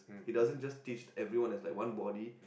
he doesn't just teach everyone as like one body